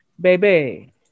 Baby